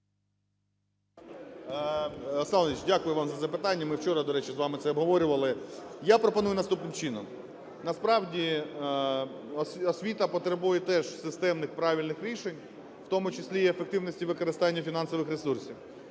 дякую вам за запитання. Ми вчора, до речі, з вами це обговорювали. Я пропоную наступним чином. Насправді освіта потребує теж системних правильних рішень, в тому числі і ефективності використання фінансових ресурсів.